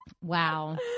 Wow